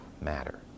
matter